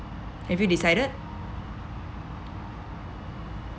have you decided